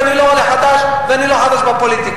ואני לא עולה חדש ואני לא חדש בפוליטיקה.